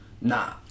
nah